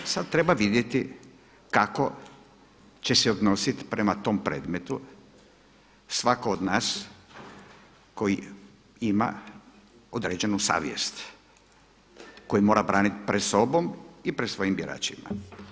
Sad treba vidjeti kako će se odnositi prema tom predmetu svatko od nas koji ima određenu savjest koju mora braniti pred sobom i pred svojim biračima.